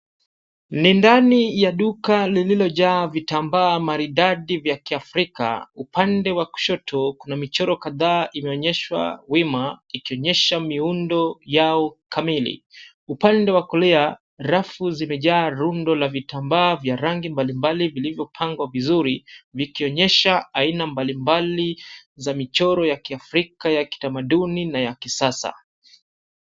Ni ndani ya duka lililojaa vitambaa maridadi vya kiafrika. Upande wa kushoto kuna michoro kadhaa imeonyeshwa wima ikionyesha miundo yao kamili. Upande wa kulia rafu zimejaa rundo la vitambaa vya rangi mbalimbali vilivyopangwa vizuri vikionyesha aina mbalimbali za michoro ya kiafrika ya kitamaduni na ya kisasa.